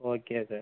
okay sir